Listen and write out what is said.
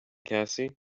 cassie